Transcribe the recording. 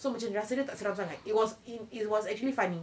so macam rasa dia tak seram sangat it was actually funny